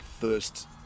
first